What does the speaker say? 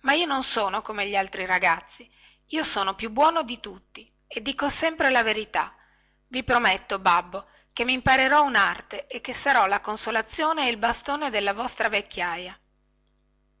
ma io non sono come gli altri ragazzi io sono più buono di tutti e dico sempre la verità i prometto babbo che imparerò unarte e che sarò la consolazione e il bastone della vostra vecchiaia